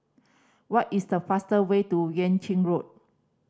what is the fastest way to Yuan Ching Road